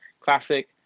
classic